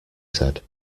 said